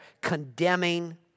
condemning